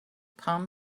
palm